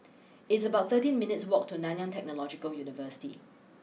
it's about thirteen minutes' walk to Nanyang Technological University